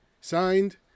Signed